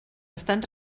estan